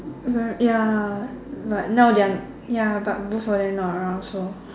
mm ya but now they are ya but both of them not around so